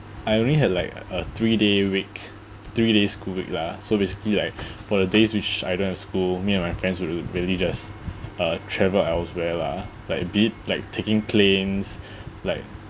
I only had like a three day week three day school week lah so basically like for the days which I don't have school me and my friends will really just uh travel elsewhere lah like a bit like taking planes like